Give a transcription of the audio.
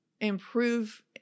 improve